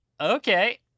Okay